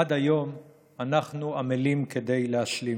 עד היום אנחנו עמלים כדי להשלים.